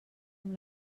amb